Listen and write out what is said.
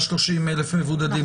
130,000 מבודדים.